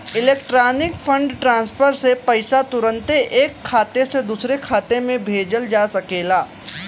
electronic fund transfer से पईसा तुरन्ते ऐक खाते से दुसरे खाते में भेजल जा सकेला